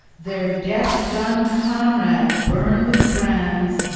their death-done comrade burn with brands,